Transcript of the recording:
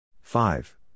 Five